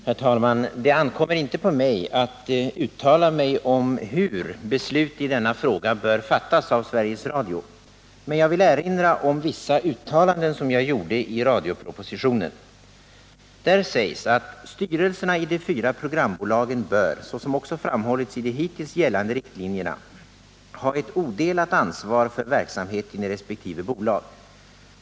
Herr talman! Det ankommer inte på mig att uttala mig om hur beslut i denna fråga bör fattas av Sveriges Radio. Men jag vill erinra om vissa uttalanden som jag gjorde i radiopropositionen. Där sägs att ”styrelserna i de fyra programbolagen bör, såsom också framhålls i de hittills gällande riktlinjerna, ha ett odelat ansvar för verksamheten i resp. bolag.